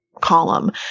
column